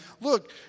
look